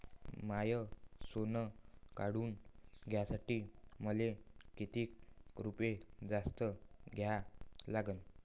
माय सोनं काढून घ्यासाठी मले कितीक रुपये जास्त द्या लागन?